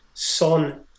Son